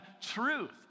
truth